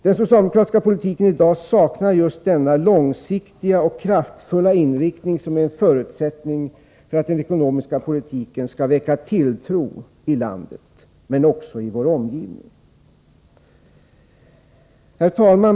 Den socialdemokratiska politiken i dag saknar just denna långsiktiga och kraftfulla inriktning som är en förutsättning för att den ekonomiska politiken skall väcka tilltro i landet — men också i vår omgivning. Herr talman!